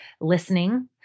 listening